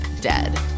dead